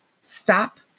Stop